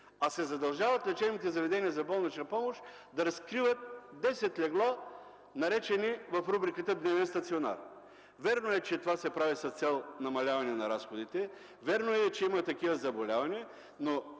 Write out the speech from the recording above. А се задължават лечебните заведения за болнична помощ да разкриват 10 легла, наречени в рубриката дневен стационар. Вярно е, че това се прави с цел намаляване на разходите, вярно е, че има такива заболявания, но